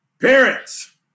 Parents